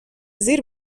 زیر